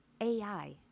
AI